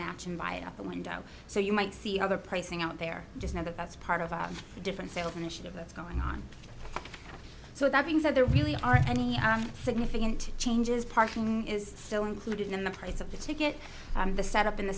match and buy up a window so you might see other pricing out there just now that that's part of a different sales initiative that's going on so that being said there really aren't any significant changes parking is still included in the price of the ticket the set up in